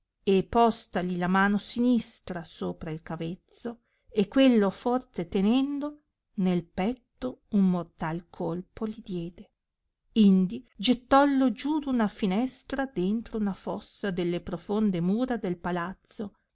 e postali la mano sinistra sopra il cavezzo e quello forte tenendo nel petto un mortai colpo li diede indi gettollo giù d una finestra dentro una fossa delle profonde mura del palazzo